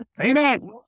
Amen